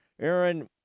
Aaron